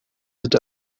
into